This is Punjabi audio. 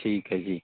ਠੀਕ ਹੈ ਜੀ